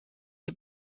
die